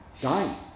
dying